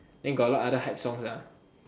then got a lot other hype songs